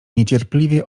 niecierpliwie